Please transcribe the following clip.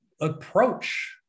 approach